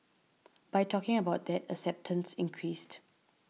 by talking about that acceptance increased